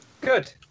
Good